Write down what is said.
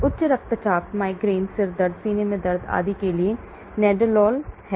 उच्च रक्तचाप माइग्रेन सिरदर्द सीने में दर्द आदि के लिए नाडोल हैं